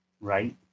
right